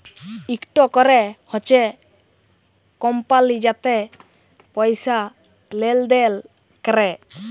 ইকট ক্যরে হছে কমপালি যাতে পয়সা লেলদেল ক্যরে